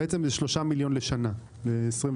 זה שלושה מיליון שקל בשנה ב-2024-2023.